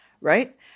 right